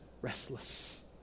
restless